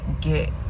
get